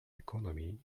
economy